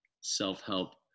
self-help